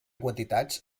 quantitats